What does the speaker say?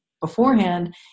beforehand